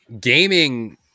Gaming